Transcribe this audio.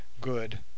good